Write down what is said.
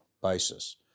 basis